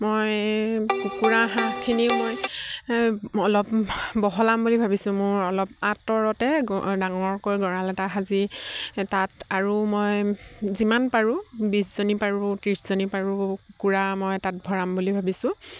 মই কুকুৰা হাঁহখিনি মই অলপ বহলাম বুলি ভাবিছোঁ মোৰ অলপ আঁতৰতে ডাঙৰকৈ গঁৰাল এটা সাজি তাত আৰু মই যিমান পাৰোঁ বিছজনী পাৰোঁ ত্ৰিছজনী পাৰোঁ কুকুৰা মই তাত ভৰাম বুলি ভাবিছোঁ